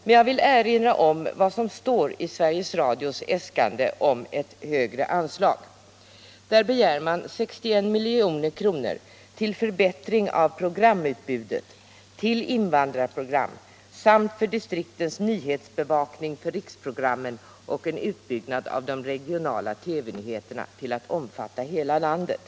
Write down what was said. Men jag vill erinra om vad som står i Sveriges Radios äskande om ett högre anslag. Där begär man 61 milj.kr. till förbättring av programutbudet. till invandrarprogram samt för distriktens nyhetsbevakning för riksprogrammen och en utbyggnad av de regionala TV-nyheterna till att omfatta hela landet.